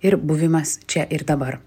ir buvimas čia ir dabar